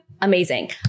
Amazing